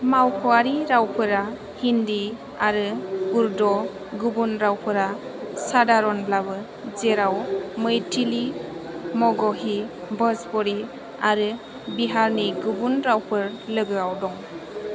मावख'आरि रावफोरा हिन्दी आरो उर्दु गुबुन रावफोरा साधारनब्लाबो जेराव मैथिली मगही भजपुरी आरो बिहारनि गुबुन रावफोर लोगोआव दं